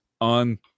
on